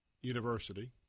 University